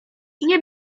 nie